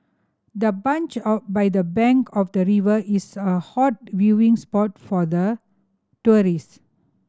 the bench by the bank of the river is a hot viewing spot for the tourists